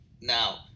now